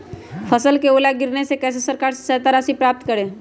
फसल का ओला गिरने से कैसे सरकार से सहायता राशि प्राप्त करें?